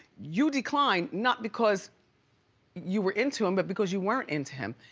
you declined, not because you were into him but because you weren't into him,